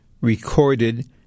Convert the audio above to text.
recorded